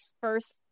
first